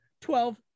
twelve